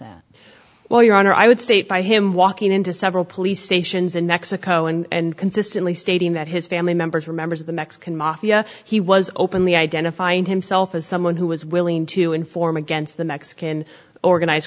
that well your honor i would state by him walking into several police stations in mexico and consistently stating that his family members were members of the mexican mafia he was openly identifying himself as someone who was willing to inform against the mexican organized